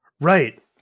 Right